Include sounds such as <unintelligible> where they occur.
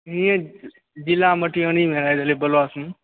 <unintelligible> जिला मटिआनीमे हेराए गेलै ब्लॉकमे